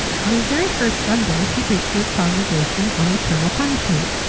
on his very first sunday he preached to his congregation on eternal punishment,